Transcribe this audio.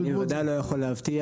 אני בוודאי לא יכול להבטיח,